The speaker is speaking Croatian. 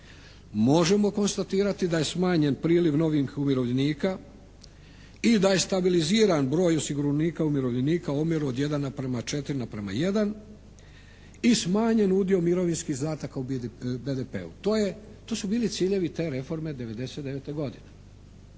Možemo konstatirati da je smanjen priliv novih umirovljenika i da je stabiliziran broj osiguranika umirovljenika u omjeru od jedan na prema četiri na prema jedan i smanjen udio mirovinskih izdataka u BDP-u, to su bili ciljevi te reforme '99. godine.